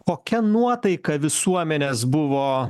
kokia nuotaika visuomenės buvo